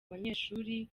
abanyeshuri